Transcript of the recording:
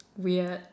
weird